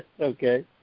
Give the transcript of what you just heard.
Okay